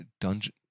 Dungeon